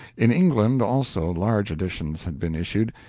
in england also large editions had been issued,